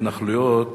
בהתנחלויות,